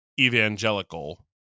evangelical